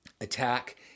attack